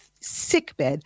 sickbed